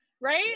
right